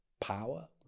power